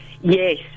yes